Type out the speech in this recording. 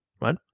Right